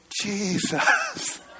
Jesus